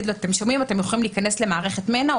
לו: אתם יכולים להיכנס למערכת מנע,